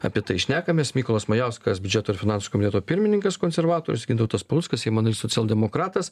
apie tai šnekamės mykolas majauskas biudžeto ir finansų komiteto pirmininkas konservatorius gintautas paluckas seimo narys socialdemokratas